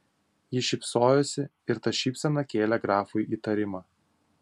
ji šypsojosi ir ta šypsena kėlė grafui įtarimą